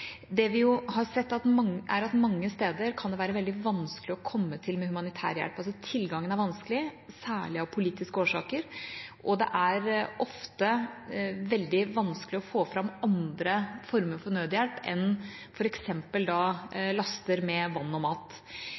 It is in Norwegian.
Det vi har sett, er at det mange steder kan være veldig vanskelig å komme til med humanitær hjelp. Tilgangen er vanskelig, særlig av politiske årsaker, og det er ofte veldig vanskelig å få fram andre former for nødhjelp enn f.eks. laster med vann og mat.